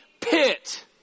pit